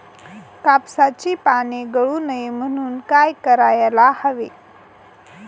कापसाची पाने गळू नये म्हणून काय करायला हवे?